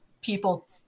people